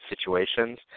situations